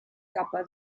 capa